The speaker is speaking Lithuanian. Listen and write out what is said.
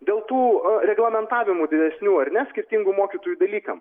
dėl tų reglamentavimų didesnių ar ne skirtingų mokytojų dalykam